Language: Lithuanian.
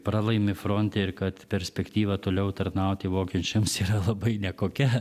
pralaimi fronte ir kad perspektyva toliau tarnauti vokiečiams yra labai nekokia